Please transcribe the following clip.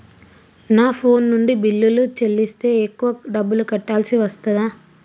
నా ఫోన్ నుండి బిల్లులు చెల్లిస్తే ఎక్కువ డబ్బులు కట్టాల్సి వస్తదా?